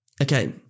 Okay